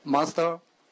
Master